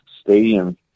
stadium